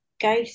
go